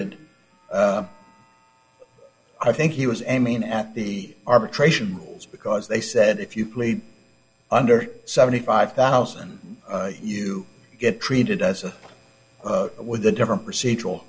and i think he was aiming at the arbitration rules because they said if you played under seventy five thousand you get treated as a with a different procedural